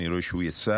אני רואה שהוא יצא,